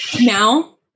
now